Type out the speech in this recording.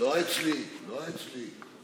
לא אצלי, לא אצלי.